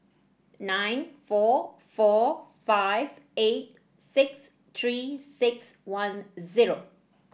nine four four five eight six Three six one zero